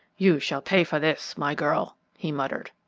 you shall pay for this, my girl! he muttered.